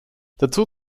dazu